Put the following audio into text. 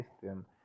system